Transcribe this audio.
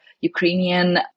Ukrainian